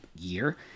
year